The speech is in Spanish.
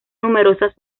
numerosas